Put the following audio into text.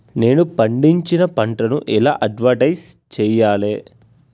నేను పండించిన పంటను ఎలా అడ్వటైస్ చెయ్యాలే?